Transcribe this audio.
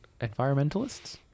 Environmentalists